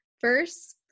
first